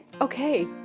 Okay